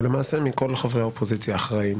ולמעשה מכל חברי האופוזיציה האחראים,